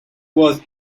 was